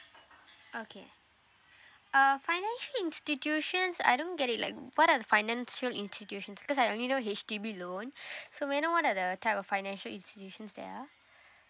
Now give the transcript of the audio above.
okay uh financial institutions I don't get it like what are the financial institutions cause I only know H_D_B loan so may I know what are the type of financial institutions they are